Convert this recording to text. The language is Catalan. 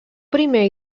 primer